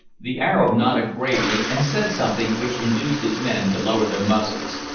the arab nodded gravely, and said something which induced his men to lower their muskets.